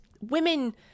women